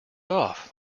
off